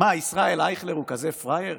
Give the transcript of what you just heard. מה, ישראל אייכלר הוא כזה פראייר?